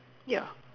yeah